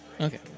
Okay